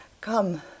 Come